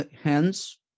hence